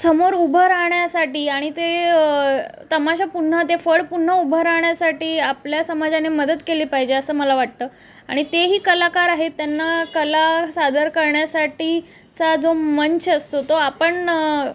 समोर उभं राहण्यासाठी आणि ते तमाशा पुन्हा ते फड पुन्हा उभं राहण्यासाठी आपल्या समाजाने मदत केली पाहिजे असं मला वाटतं आणि तेही कलाकार आहेत त्यांना कला सादर करण्यासाठीचा जो मंच असतो तो आपण